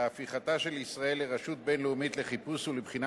להפיכתה של ישראל לרשות בין-לאומית לחיפוש ולבחינה